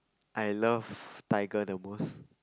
I love tiger the most